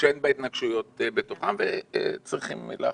שאין בה התנגשויות בתוכה וצריכים להחליט.